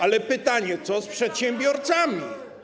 Ale pytanie: co z przedsiębiorcami?